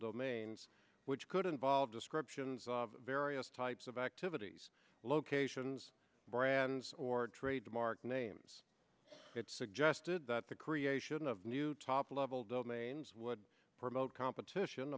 domains which could involve descriptions of various types of activities locations brands or trademark names it's suggested that the creation of new top level domains would promote competition